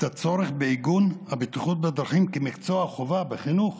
העליתי את הצורך בעיגון הבטיחות בדרכים כמקצוע חובה בחינוך